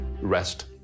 Rest